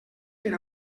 per